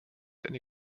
eine